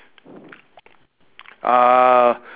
uh